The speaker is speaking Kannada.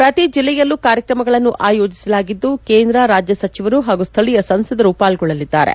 ಪ್ರತಿ ಜಿಲ್ಲೆಯಲ್ಲೂ ಕಾರ್ಯಕ್ರಮಗಳನ್ನು ಆಯೋಜಿಸಲಾಗಿದ್ದು ಕೇಂದ್ರ ರಾಜ್ಜದ ಸಚಿವರು ಹಾಗೂ ಸ್ವಳೀಯ ಸಂಸದರು ಪಾಲ್ಗೊಳ್ಳಲಿದ್ದಾರೆ